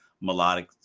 melodic